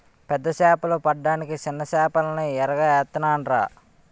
పెద్ద సేపలు పడ్డానికి సిన్న సేపల్ని ఎరగా ఏత్తనాన్రా